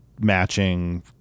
matching